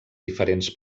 diferents